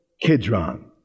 Kidron